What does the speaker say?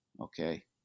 okay